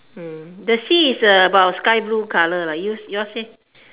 mm the sea is about sky blue colour lah yours leh